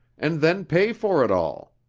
and then pay for it all.